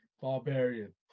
Barbarian